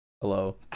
hello